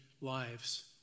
lives